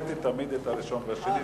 הקראתי תמיד את הראשון ואת השני,